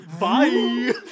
Bye